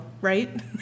right